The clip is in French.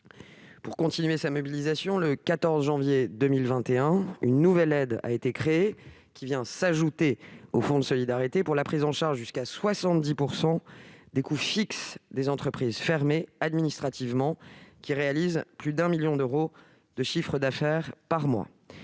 par groupe. En outre, le 14 janvier 2021, une nouvelle aide a été créée : elle s'ajoute au fonds de solidarité et permet la prise en charge jusqu'à 70 % des coûts fixes des entreprises fermées administrativement et qui réalisent plus d'un million d'euros de chiffre d'affaires mensuel.